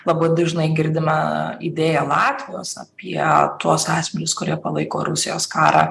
labai dažnai girdime idėją latvijos apie tuos asmenis kurie palaiko rusijos karą